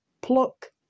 Pluck